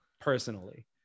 personally